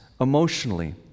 emotionally